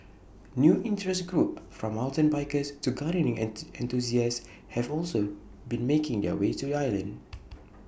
new interest groups from mountain bikers to gardening enthusiasts have also been making their way to the island